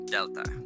Delta